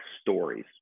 stories